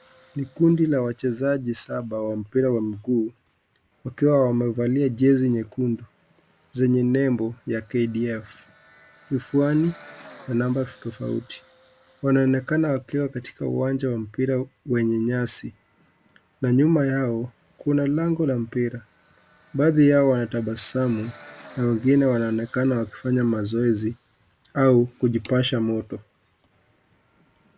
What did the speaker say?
Ni kundi la wachezaji saba wa mpira wa mguu wakiwa wamevalia jezi nyekundu zenye nembo ya kdf, kifuani na namba tofauti wanonekana wakiwa katika uwanja wa mpira wenye nyasi na nyuma yao kuna lango la mpira baadhi yao wanatabasamu na wengine wanaonekana wakifanya mazoezi au kujipasha moto.